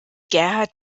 gerhard